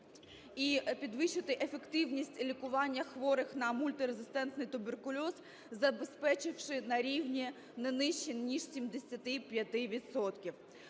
і підвищити ефективність лікування хворих на мультирезистентний туберкульоз, забезпечивши на рівні не нижче ніж 75